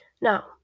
Now